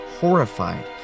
horrified